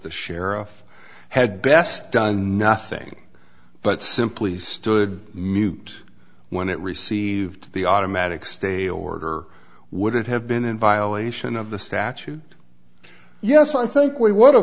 the sheriff had best done nothing but simply stood mute when it received the automatic stay order would have been in violation of the statute yes i think we w